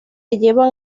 llevan